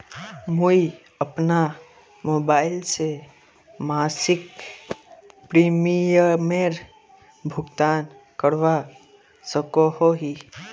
मुई अपना मोबाईल से मासिक प्रीमियमेर भुगतान करवा सकोहो ही?